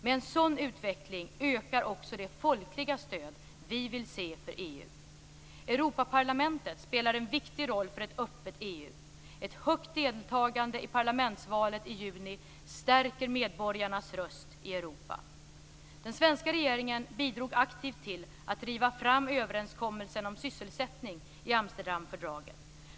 Med en sådan utveckling ökar också det folkliga stöd vi vill se för EU. Europaparlamentet spelar en viktig roll för ett öppet EU. Ett högt deltagande i parlamentsvalet i juni stärker medborgarnas röst i Europa. Den svenska regeringen bidrog aktivt till att driva fram överenskommelsen om sysselsättning i Amsterdamfördraget.